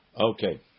Okay